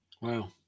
Wow